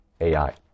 AI